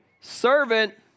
servant